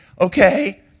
okay